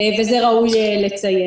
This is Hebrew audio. ואת זה חשוב לציין.